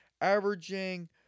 averaging